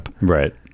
right